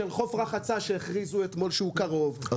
של חוף רחצה שהכריזו אתמול שהוא קרוב.